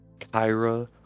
Kyra